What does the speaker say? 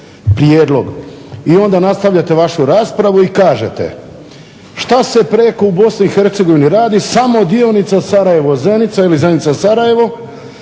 prijedlog i onda nastavljate vašu raspravu i kažete šta se preko u Bosni i Hercegovini radi, samo dionica Sarajevo-Zenica ili Zenica-Sarajevo